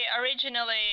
originally